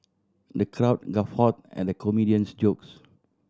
the crowd guffawed at the comedian's jokes